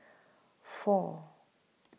four